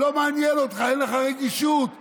לא מעניין אותך, אין לך רגישות לכלום.